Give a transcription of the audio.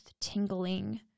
tingling